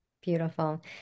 Beautiful